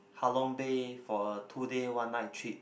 Halong Bay for a two day one night trip